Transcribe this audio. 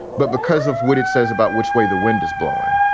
but because of what it says about which way the wind is blowing.